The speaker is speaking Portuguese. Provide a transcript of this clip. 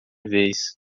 vez